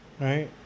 right